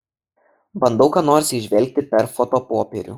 bandau ką nors įžvelgti per fotopopierių